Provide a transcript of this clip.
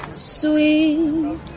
Sweet